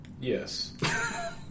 Yes